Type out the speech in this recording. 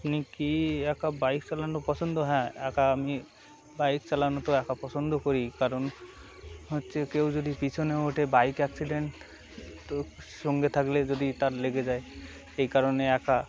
আপনি কি একা বাইক চালানো পছন্দ হ্যাঁ একা আমি বাইক চালানো তো একা পছন্দ করি কারণ হচ্ছে কেউ যদি পিছনে ওঠে বাইক অ্যাক্সিডেন্ট তো সঙ্গে থাকলে যদি তার লেগে যায় এই কারণে একা